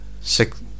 Six